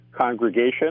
congregation